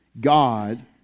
God